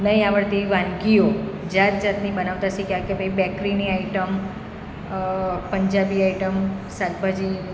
નહિ આવડતી એવી વાનગીઓ જાતજાતની બનાવતા શીખ્યા કે ભાઈ બેકરીની આઈટમ પંજાબી આઈટમ શાકભાજી